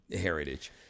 heritage